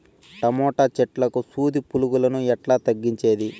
Tomato చెట్లకు సూది పులుగులను ఎట్లా తగ్గించేది?